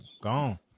Gone